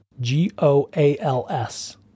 G-O-A-L-S